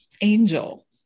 angel